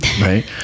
Right